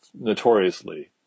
notoriously